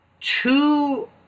Two